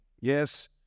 yes